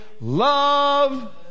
Love